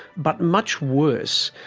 but much worse,